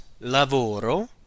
lavoro